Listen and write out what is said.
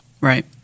Right